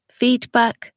feedback